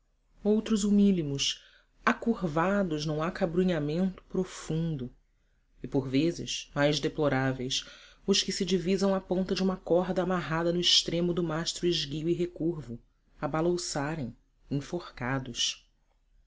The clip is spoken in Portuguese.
outros humílimos acurvados num acabrunhamento profundo e por vezes mais deploráveis os que se divisam à ponta de uma corda amarrada no extremo do mastro esguio e recurvo a balouçarem enforcados